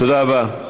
תודה רבה.